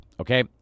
okay